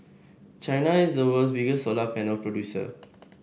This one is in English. China is the world's biggest solar panel producer